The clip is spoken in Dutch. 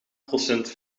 procent